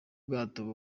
bwato